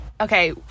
okay